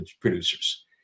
producers